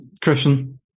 Christian